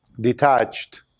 detached